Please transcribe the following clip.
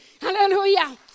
Hallelujah